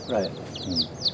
Right